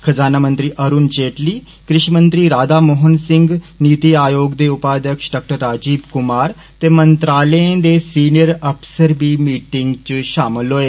खजाना मंत्री अरुण जेटली कृशिमंत्री राधा मोहन सिंह नीति आयोग दे उपाध्यक्ष डाक्टर राजीव कुमार मंत्रालयें दे सीनियर अफसर बी मीटिंग च षामल होऐ